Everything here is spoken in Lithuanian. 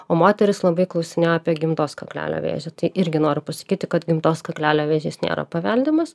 o moterys labai klausinėjo apie gimdos kaklelio vėžį tai irgi noriu pasakyti kad gimdos kaklelio vėžys nėra paveldimas